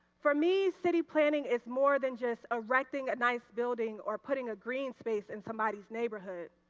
for me city planning is more than just erecting a nice building or putting a green space in somebody's neighborhood.